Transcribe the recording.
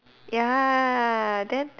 ya then